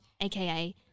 aka